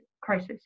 crisis